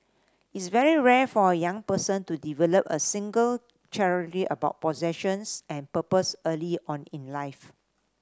it's very rare for a young person to develop a singular clarity about possessions and purpose early on in life